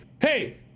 hey